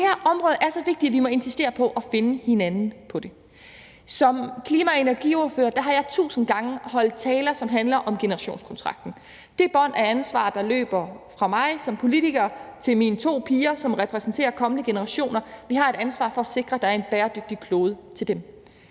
det her område er så vigtigt, at vi må insistere på at finde hinanden på det. Som klima- og energiordfører har jeg tusind gange holdt taler, som handler om generationskontrakten; det bånd af ansvar, der løber fra mig som politiker til mine to piger, som repræsenterer kommende generationer – vi har et ansvar for at sikre, at der er en bæredygtig klode til dem.